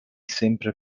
sempre